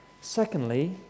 Secondly